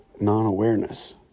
non-awareness